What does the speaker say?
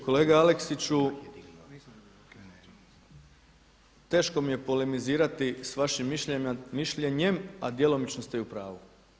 Kolega Aleksiću, teško mi je polemizirati s vašim mišljenjem a djelomično ste i u pravu.